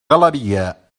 galeria